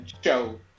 show